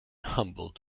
humble